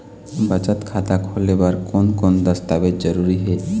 बचत खाता खोले बर कोन कोन दस्तावेज जरूरी हे?